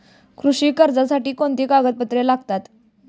कृषी कर्जासाठी कोणती कागदपत्रे लागतात?